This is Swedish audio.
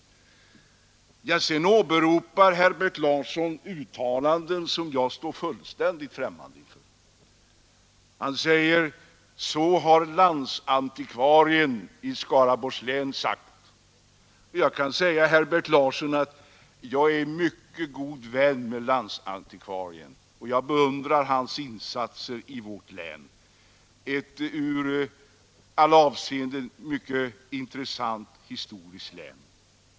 Sedan åberopade Herbert Larsson uttalanden som jag står fullständigt främmande för, bl.a. någonting som landsantikvarien i Skaraborgs län skulle ha sagt. Jag kan tala om för Herbert Larsson att jag är mycket god vän med landsantikvarien. Jag beundrar hans insatser i vårt län, som är ett historiskt mycket intressant län.